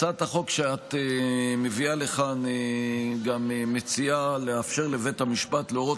הצעת החוק שאת מביאה לכאן גם מציעה לאפשר לבית המשפט להורות